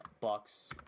Bucks